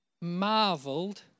marveled